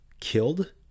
killed